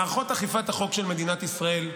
מערכות אכיפת החוק של מדינת ישראל,